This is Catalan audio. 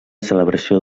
celebració